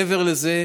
מעבר לזה,